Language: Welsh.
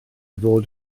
fod